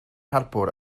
harbwr